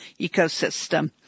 ecosystem